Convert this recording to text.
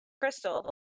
Crystal